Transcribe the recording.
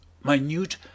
minute